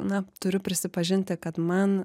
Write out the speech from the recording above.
na turiu prisipažinti kad man